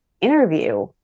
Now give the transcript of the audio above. interview